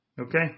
Okay